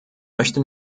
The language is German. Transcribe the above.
möchte